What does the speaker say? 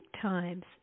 times